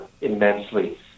immensely